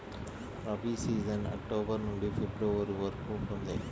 rabi season October నుండి February వరకు ఉంటుంది